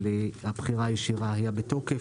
של הבחירה הישירה היה בתוקף.